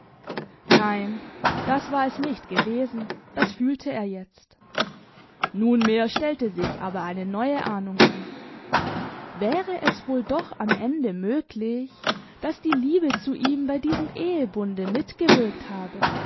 nein das war es nicht gewesen das fühlte er jetzt nunmehr stellte sich aber eine neue ahnung ein wäre es wohl doch am ende möglich daß die liebe zu ihm bei diesem ehebunde mitgewirkt habe